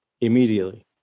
immediately